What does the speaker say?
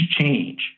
change